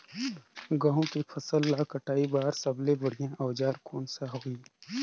गहूं के फसल ला कटाई बार सबले बढ़िया औजार कोन सा होही?